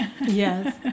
Yes